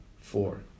four